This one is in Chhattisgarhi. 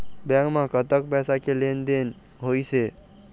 बैंक म कतक पैसा के लेन देन होइस हे?